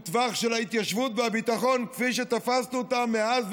טווח של ההתיישבות והביטחון כפי שתפסנו אותם מאז,